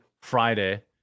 Friday